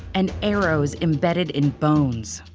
and arrows embedded in bones.